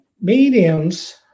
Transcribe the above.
mediums